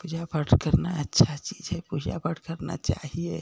पूजा पाठ करना अच्छा चीज़ है पूजा पाठ करना चाहिए